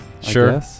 Sure